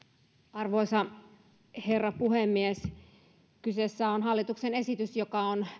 arvoisa herra puhemies kyseessä on hallituksen esitys joka on